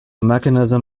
mechanism